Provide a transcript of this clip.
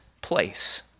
place